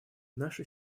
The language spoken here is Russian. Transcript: наше